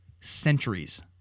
centuries